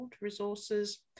resources